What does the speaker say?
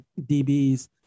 DBs